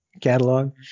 catalog